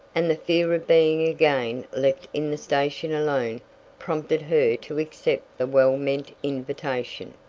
and the fear of being again left in the station alone prompted her to accept the well-meant invitation.